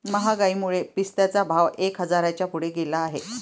महागाईमुळे पिस्त्याचा भाव एक हजाराच्या पुढे गेला आहे